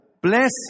Bless